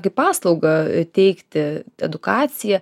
kaip paslaugą teikti edukaciją